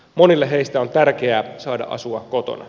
monille heistä on tärkeää saada asua kotona